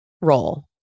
role